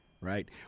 Right